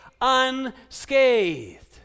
unscathed